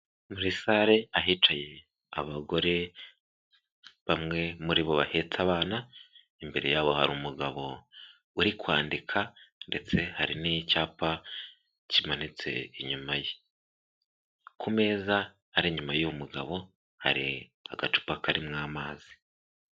Muri sale ahicaye abagore bamwe muri bo bahetse abana, imbere yabo hari umugabo uri kwandika ndetse hari n'icyapa kimanitse inyuma ye, ku meza hariya inyuma y'uwo mugabo hari agacupa karimo amazi.